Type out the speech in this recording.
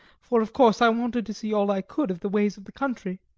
for of course i wanted to see all i could of the ways of the country.